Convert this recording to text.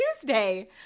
Tuesday